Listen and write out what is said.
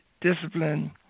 discipline